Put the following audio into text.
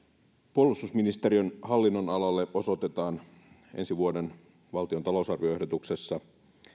puolustusministeriön hallinnonalalle osoitetaan ensi vuoden valtion talousarvioehdotuksessa